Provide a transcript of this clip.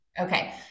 okay